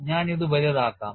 ഞാൻ ഇത് വലുതാക്കാം